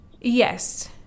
Yes